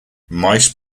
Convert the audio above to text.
mice